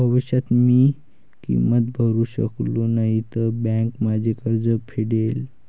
भविष्यात मी किंमत भरू शकलो नाही तर बँक माझे कर्ज फेडेल